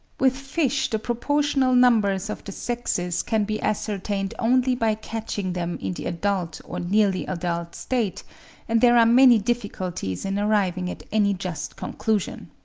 with fish the proportional numbers of the sexes can be ascertained only by catching them in the adult or nearly adult state and there are many difficulties in arriving at any just conclusion.